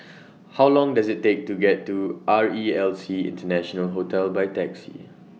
How Long Does IT Take to get to R E L C International Hotel By Taxi